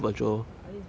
ah I think it's virtual